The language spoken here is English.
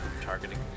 targeting